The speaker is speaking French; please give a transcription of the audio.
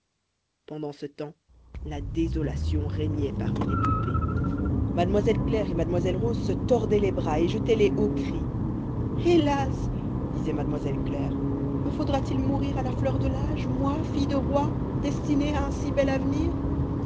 pendant ce temps la désolation régnait parmi les poupées mademoiselle claire et mademoiselle rose se tordaient les bras et jetaient les hauts cris hélas disait mademoiselle claire me faudra-t-il mourir à la fleur de l'âge moi fille de roi destinée à un si bel avenir